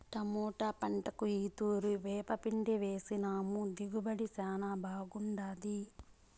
tomato పంటకు ఈ తూరి వేపపిండేసినాము దిగుబడి శానా బాగుండాది